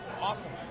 Awesome